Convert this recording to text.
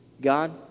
God